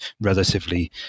relatively